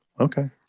Okay